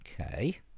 Okay